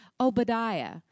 Obadiah